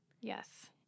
yes